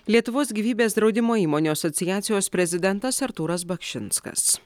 lietuvos gyvybės draudimo įmonių asociacijos prezidentas artūras bakšinskas